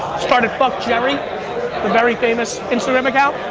started fuckjerry, the very famous instagram account.